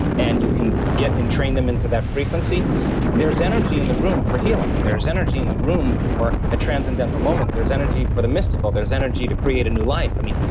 and you can get and train them into that frequency there's energy in the room for healing. there's energy in the room for a transcendental moment there's energy for the mystical. there's energy to create a new life. i mean,